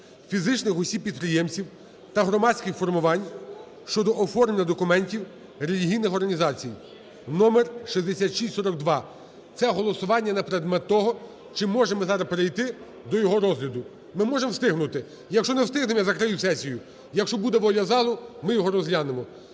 фізичних осіб- підприємців та громадських формувань" (щодо оформлення документів релігійних організацій) (№ 6642). Це голосування на предмет того, чи можемо ми зараз перейти до його розгляду, ми можемо встигнути. Якщо не встигнемо, я закрию сесію. Якщо буде воля залу, ми його розглянемо.